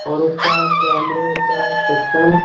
और उसका कैमरे का पिक्सल